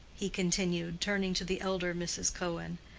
he continued, turning to the elder mrs. cohen.